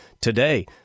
today